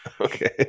Okay